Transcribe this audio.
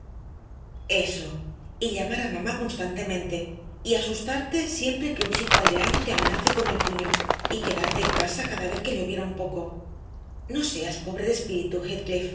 y llamar a mamá constantemente y asustarte siempre que un chico aldeano te amenace con el puño y quedarte en casa cada vez que lloviera un poco no seas pobre de espíritu